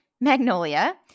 Magnolia